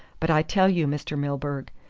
but i tell you, mr. milburgh,